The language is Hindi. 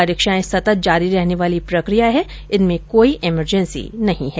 परीक्षाएं सतत जारी रहने वाली प्रक्रिया है इसमें कोई इमरजेंसी नहीं है